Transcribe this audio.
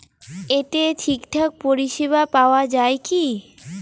এতে ঠিকঠাক পরিষেবা পাওয়া য়ায় কি?